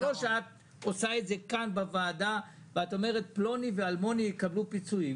שאת עושה את זה כאן בוועדה ואת אומרת: "פלוני ואלמוני יקבלו פיצויים",